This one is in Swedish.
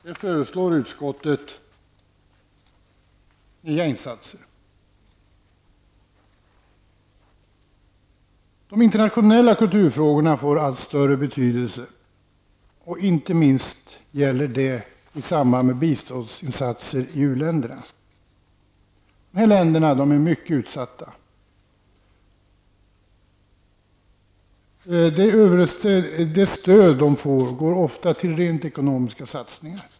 Där föreslår utskottet nya insatser. De internationella kulturfrågorna får allt större betydelse; inte minst gäller det i samband med biståndsinsatser i u-länderna. Dessa länder är mycket utsatta. Det stöd de får går ofta till rent ekonomiska satsningar.